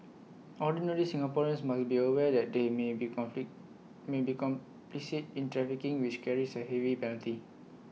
ordinary Singaporeans must be aware that they may be conflict may be complicit in trafficking which carries A heavy penalty